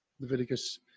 leviticus